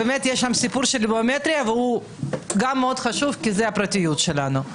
יש שם את הסיפור של הביומטרי והוא גם מאוד חשוב כי זה הפרטיות שלנו.